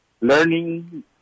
learning